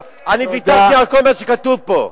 ויתרתי על כל מה שכתוב פה.